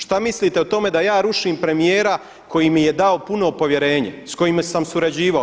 Šta mislite o tome da ja rušim premijera koji mi je dao puno povjerenje, s kojim sam surađivao.